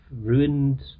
ruined